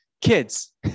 Kids